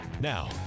Now